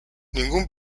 ningún